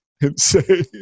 insane